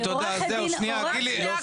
מירי,